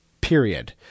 period